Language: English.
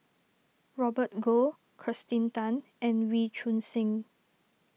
Robert Goh Kirsten Tan and Wee Choon Seng